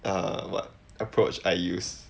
uh what approach I use